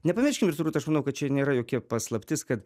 nepamirškim ir turbūt aš manau kad čia nėra jokia paslaptis kad